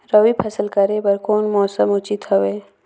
रबी फसल करे बर कोन मौसम उचित हवे?